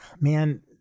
man